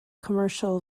commercial